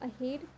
ahead